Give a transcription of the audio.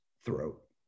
throat